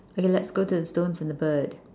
okay let's go to the stones and the bird